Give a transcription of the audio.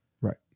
right